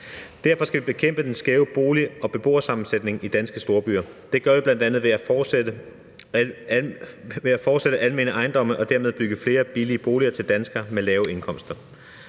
Derfor skal vi bekæmpe den skæve bolig- og beboersammensætning i danske storbyer. Det gør vi bl.a. ved at fortsætte med at have almene ejendomme og dermed bygge flere billige boliger til danskere med lave indkomster.